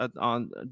on